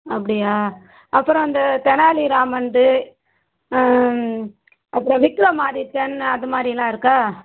அப்படியா அப்புறம் அந்த தெனாலிராமன்து அப்புறம் விக்ரமாதித்தன் அது மாதிரில்லாம் இருக்கா